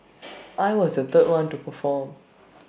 I was the third one to perform